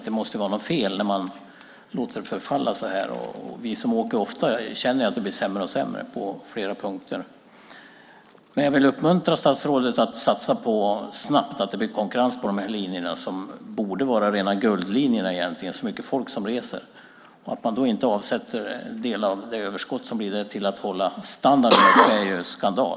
Det måste vara något fel när man låter det förfalla så här. Vi som åker ofta känner att det blir allt sämre på flera punkter. Jag vill uppmuntra statsrådet att snabbt satsa på att det blir konkurrens på de här linjerna. Det borde egentligen vara rena guldlinjerna med så många människor som reser. Att man inte avsätter en del av överskottet för att hålla standarden är en skandal.